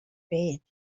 bed